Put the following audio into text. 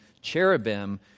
cherubim